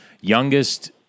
youngest